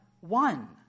one